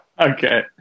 okay